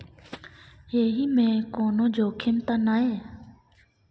एहि मे कोनो जोखिम त नय?